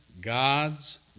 God's